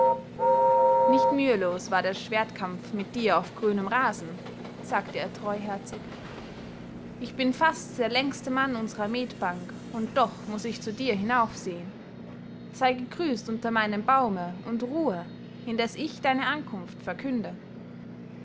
nicht mühelos wäre der schwertkampf mit dir auf grünem rasen sagte er treuherzig ich bin fast der längste mann unserer metbank und doch muß ich zu dir hinaufsehen sei gegrüßt unter meinem baum und ruhe indes ich deine ankunft verkünde